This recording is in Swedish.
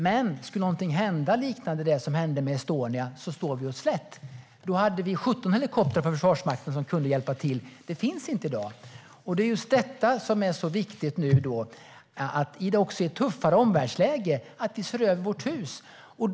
Men om någonting liknande det som hände med Estonia skulle hända står vi oss slätt. Då hade vi 17 helikoptrar för Försvarsmakten som kunde hjälpa till. De finns inte i dag. Just nu i ett tuffare omvärldsläge är det viktigt att vi ser om vårt hus.